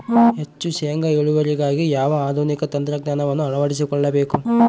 ಹೆಚ್ಚು ಶೇಂಗಾ ಇಳುವರಿಗಾಗಿ ಯಾವ ಆಧುನಿಕ ತಂತ್ರಜ್ಞಾನವನ್ನು ಅಳವಡಿಸಿಕೊಳ್ಳಬೇಕು?